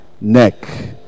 neck